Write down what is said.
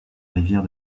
rivière